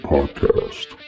Podcast